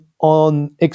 on